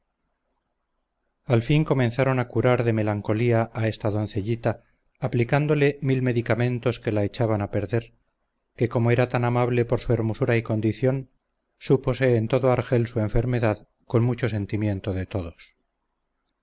al fin comenzaron a curar de melancolía a esta doncellita aplicándole mil medicamentos que la echaban a perder que como era tan amable por su hermosura y condición súpose en todo argel su enfermedad con mucho sentimiento de todos